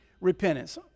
repentance